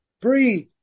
Breathe